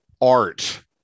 art